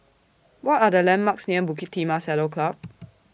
What Are The landmarks near Bukit Timah Saddle Club